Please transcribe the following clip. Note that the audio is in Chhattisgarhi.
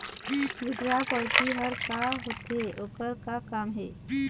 विड्रॉ परची हर का होते, ओकर का काम हे?